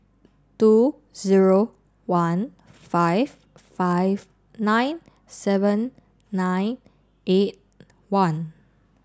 two zero one five five nine seven nine eight one